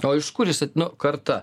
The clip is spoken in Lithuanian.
o iš kur jis nu karta